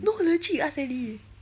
no legit you ask daddy